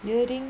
earring